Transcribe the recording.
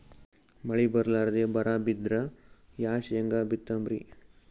ಮಳಿ ಬರ್ಲಾದೆ ಬರಾ ಬಿದ್ರ ಯಾ ಶೇಂಗಾ ಬಿತ್ತಮ್ರೀ?